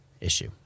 issue